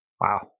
Wow